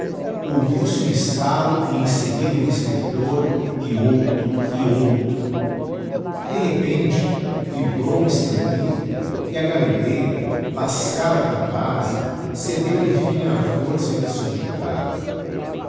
fernando ouviu-se um estalo e em seguida um estertor e outro e outro de repente vibrou um estampido e a gameleira lascada pela base cedeu emfim á força qne a subjugava